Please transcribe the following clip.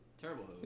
Terrible